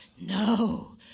No